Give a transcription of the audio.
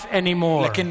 anymore